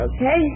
Okay